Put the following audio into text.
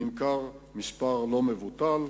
נמכר מספר לא מבוטל.